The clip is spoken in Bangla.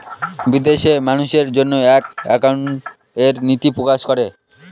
বিদেশে মানুষের জন্য একাউন্টিং এর নীতি প্রকাশ করে